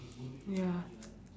ya